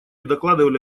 докладывали